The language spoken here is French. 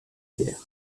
guerre